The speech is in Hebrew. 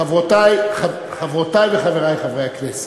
חברותי וחברי חברי הכנסת,